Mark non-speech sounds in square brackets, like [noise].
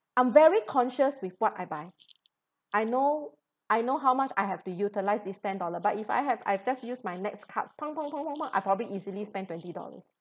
I'm very conscious with what I buy I know I know how much I have to utilise this ten dollar but if I have I just use my next card [noise] I'll probably easily spend twenty dollars